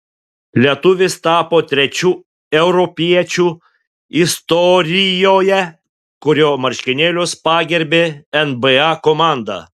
lietuvis tapo trečiu europiečiu istorijoje kurio marškinėlius pagerbė nba komanda